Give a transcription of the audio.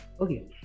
Okay